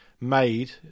made